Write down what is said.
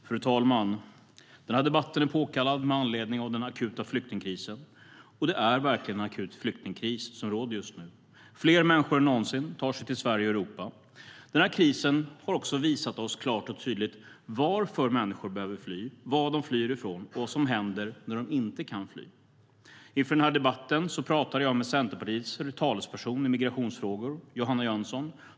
Fru talman! Den här debatten är påkallad med anledning av den akuta flyktingkrisen. Det är verkligen en akut flyktingkris som råder just nu. Fler människor än någonsin tar sig till Sverige och Europa. Den här krisen har också visat oss klart och tydligt varför människor behöver fly, vad de flyr ifrån och vad som händer när de inte kan fly. Inför debatten pratade jag med Centerpartiets talesperson i migrationsfrågor, Johanna Jönsson.